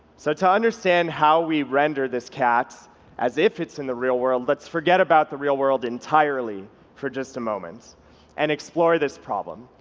so to understand how we render this cat as if it's in the real world, let's forget about the real world entirely for just a moment and explore this problem.